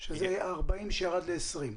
ה-40 שירדו ל-20.